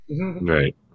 Right